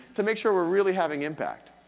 to make sure we're really having impact.